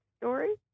story